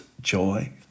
joy